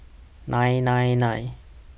nine nine nine